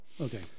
Okay